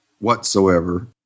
whatsoever